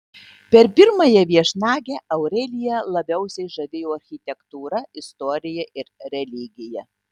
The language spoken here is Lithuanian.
per pirmąją viešnagę aureliją labiausiai žavėjo architektūra istorija ir religija